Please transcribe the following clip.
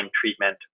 treatment